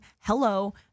Hello